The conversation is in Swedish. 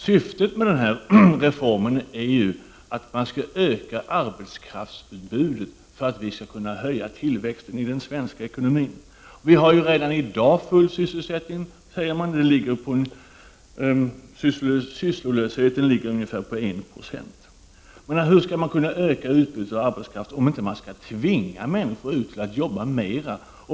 Syftet med skattereformen är att arbetskraftsutbudet skall öka så att tillväxten i den svenska ekonomin blir större. Men redan i dag har vi nästan full sysselsättning. Arbetslösheten ligger på ungefär 196. Hur skall man kunna öka arbetskraftsutbudet, om man inte tvingar människor att arbeta mer?